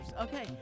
Okay